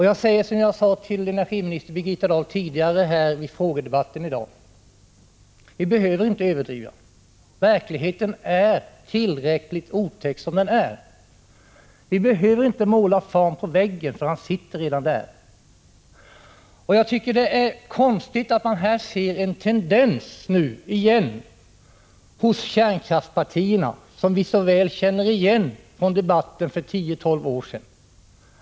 Jag säger som jag sade till energiminister Birgitta Dahl vid frågedebatten tidigare i dag: Vi behöver inte överdriva. Verkligheten är tillräckligt otäck som den är. Vi behöver inte måla fan på väggen, för han sitter redan där. Jag tycker att det är konstigt att man nu åter kan se en tendens hos kärnkraftspartierna som vi så väl känner igen från debatten för tio tolv år sedan.